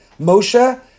Moshe